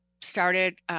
started